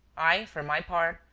i, for my part,